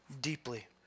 deeply